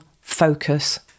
focus